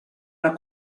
una